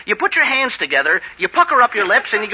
you put your hands together you pucker up your lips an